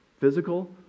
physical